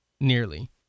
nearly